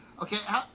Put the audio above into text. Okay